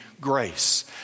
grace